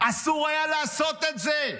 אסור היה לעשות את זה.